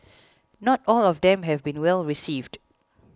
not all of them have been well received